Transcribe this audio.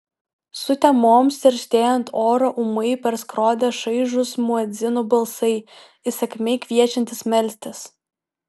sutemoms tirštėjant orą ūmai perskrodė šaižūs muedzinų balsai įsakmiai kviečiantys melstis